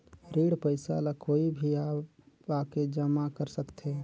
ऋण पईसा ला कोई भी आके जमा कर सकथे?